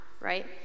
right